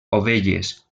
ovelles